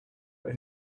are